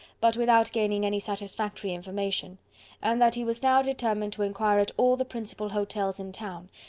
but without gaining any satisfactory information and that he was now determined to inquire at all the principal hotels in town,